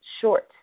short